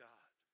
God